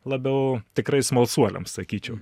labiau tikrai smalsuoliams sakyčiau